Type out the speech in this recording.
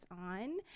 on